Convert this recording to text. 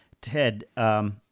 Ted